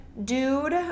dude